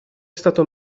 stato